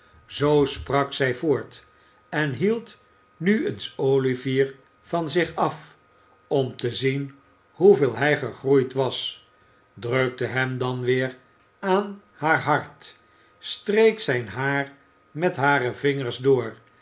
zoo sprak zij voort en hield nu eens olivier van zich af om te zien hoeveel hij gegroeid was drukte hem dan weer aan haar hart streek zijn haar met hare vingers door